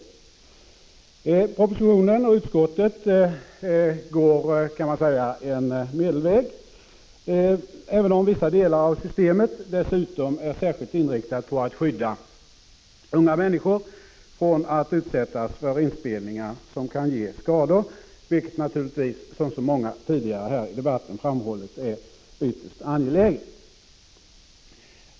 I propositionen och i utskottsbetänkandet går man en medelväg, även om vissa delar av systemet dessutom är särskilt inriktade på att skydda unga människor från att utsättas för visning av inspelningar som kan ge skador, vilket naturligtvis, som så många talare har framhållit tidigare i debatten, är ytterst angeläget.